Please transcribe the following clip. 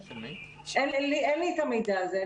אין לי את המידע הזה.